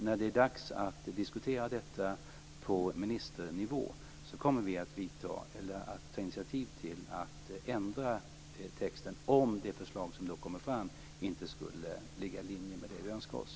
När det är dags att diskutera detta på ministernivå kommer vi att ta initiativ till att ändra texten - om det förslag som då kommer fram inte skulle ligga i linje med det vi önskar oss.